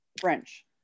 French